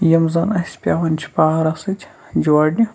یم زَن اَسہِ پیوان چھ پاورَس سۭتۍ جوڑنہِ